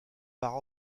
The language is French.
par